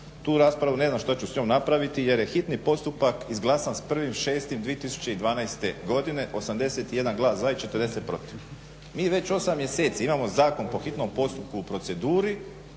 Tu raspravu ne znam što ću s njom napraviti jer je hitni postupak izglasan s 1.6.2012. godine 81 glas za i 40 protiv. Mi već 8 mjeseci imamo zakon po hitnom postupku u hitnoj proceduri,